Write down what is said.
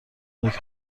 نوک